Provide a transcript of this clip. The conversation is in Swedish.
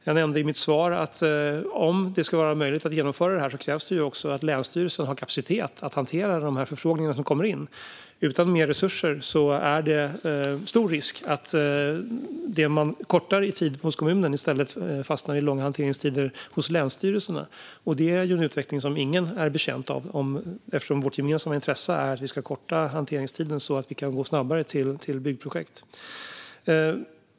Jag nämnde i mitt svar att det om det ska vara möjligt att genomföra detta också krävs att länsstyrelsen har kapacitet att hantera de förfrågningar som kommer in. Utan mer resurser är risken stor att det man förkortar i tid hos kommunen i stället fastnar i långa hanteringstider hos länsstyrelserna. Det är ju en utveckling som ingen är betjänt av, eftersom vårt gemensamma intresse är att vi ska förkorta hanteringstiden så att vi kan gå snabbare till byggprojekt.